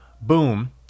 boom